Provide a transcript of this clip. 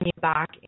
back